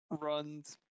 runs